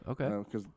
Okay